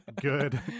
good